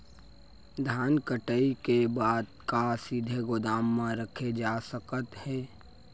धान कटाई के बाद का सीधे गोदाम मा रखे जाथे सकत हे?